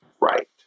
right